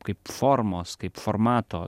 kaip formos kaip formato